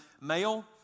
male